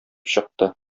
чыкты